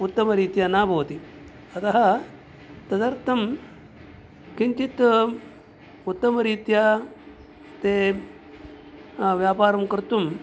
उत्तमरीत्या न भवति अतः तदर्थं किञ्चित् उत्तमरीत्या ते व्यापारं कर्तुं